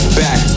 back